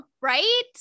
right